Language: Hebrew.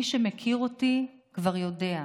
מי שמכיר אותי כבר יודע: